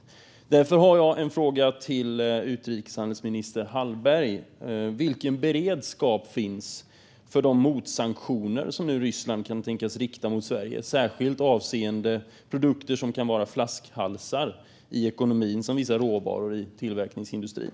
Därför har jag en fråga till utrikeshandelsminister Hallberg: Vilken beredskap finns för de motsanktioner som nu Ryssland kan tänkas rikta mot Sverige, särskilt avseende produkter som kan vara flaskhalsar i ekonomin, som vissa råvaror i tillverkningsindustrin?